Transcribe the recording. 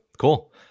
Cool